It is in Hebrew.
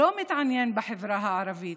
לא מתעניין בחברה הערבית.